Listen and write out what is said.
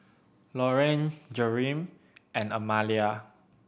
Lorrayne Jereme and Amalia